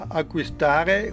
acquistare